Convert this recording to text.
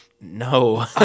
No